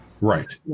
Right